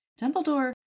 Dumbledore